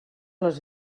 les